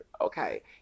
okay